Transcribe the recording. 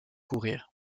courir